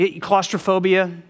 claustrophobia